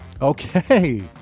Okay